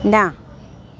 ના